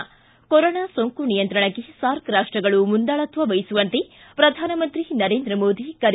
ಿಕೆ corona ಸೋಂಕು ನಿಯಂತ್ರಣಕ್ಕೆ SAARC ರಾಷ್ಟಗಳು ಮುಂದಾಳತ್ವ ವಹಿಸುವಂತೆ ಪ್ರಧಾನಮಂತ್ರಿ ನರೇಂದ್ರ ಮೋದಿ ಕರೆ